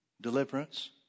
deliverance